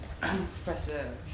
Professor